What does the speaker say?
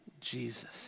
Jesus